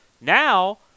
Now